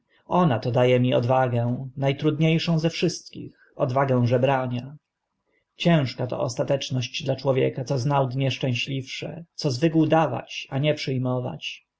ona to da e mi odwagę na trudnie szą ze wszystkich odwagę żebrania ciężka to ostateczność dla człowieka co znał dnie szczęśliwsze co zwykł dawać a nie przy